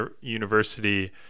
University